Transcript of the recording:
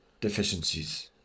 deficiencies